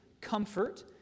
comfort